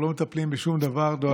לא מטפלים בשום דבר.